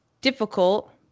difficult